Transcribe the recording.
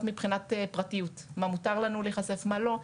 מבחינת פרטיות איזה חומר ולמה מותר לנו להיחשף ומה לא.